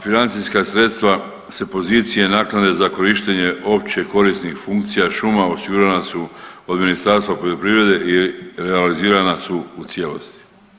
Financijska sredstva sa pozicije naknade za korištenje opće korisnih funkcija šuma osigurana su od Ministarstva poljoprivrede i realizirana su u cijelosti.